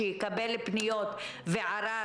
להודיע לנו בוועדה.